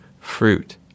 fruit